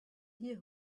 here